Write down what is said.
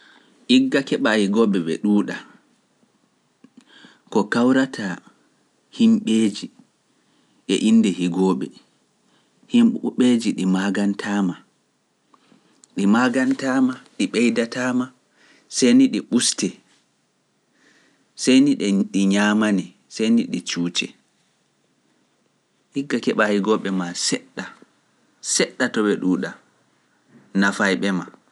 Igga keɓa higooɓe ɓe ɗuuɗa, ko kawrata himɓeeji e innde higooɓe, himɓeeji ɗi maagantaama, ɗi ɓeydataama, sai ni ɗi ubstee, sai ni ɗi ñaamane, saeni ɗi cuuɗee. Igga keɓa higooɓe maa seɗɗa, seɗɗa ɓe ɗuuɗa, nafay ɓe maa.